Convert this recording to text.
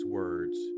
words